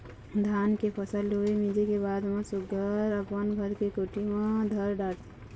धान के फसल लूए, मिंजे के बाद म सुग्घर अपन घर के कोठी म धर डारथे